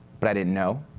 but i didn't know.